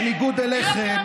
בניגוד אליכם,